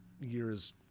years